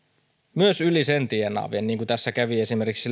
myös yli sen tienaavien niin kuin tässä kävi esimerkiksi